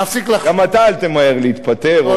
גם אתה אל תמהר להתפטר.